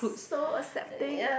so accepting